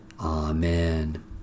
Amen